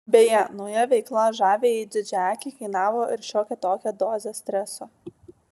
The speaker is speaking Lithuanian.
beje nauja veikla žaviajai didžiaakei kainavo ir šiokią tokią dozę streso